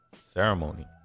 Ceremony